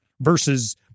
versus